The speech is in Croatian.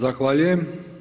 Zahvaljujem.